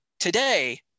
Today